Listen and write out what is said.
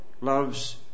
loves